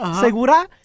segura